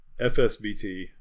FSBT